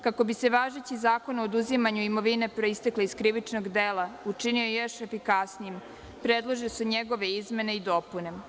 Kako bi se važeći Zakon o oduzimanju imovine proistekle iz krivičnog dela učinio još efikasnijim, predlažu se njegove izmene i dopune.